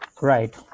Right